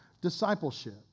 discipleship